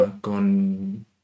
con